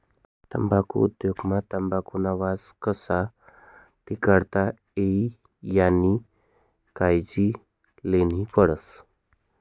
तम्बाखु उद्योग मा तंबाखुना वास कशा टिकाडता ई यानी कायजी लेन्ही पडस